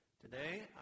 Today